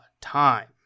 time